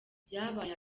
byabaye